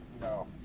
No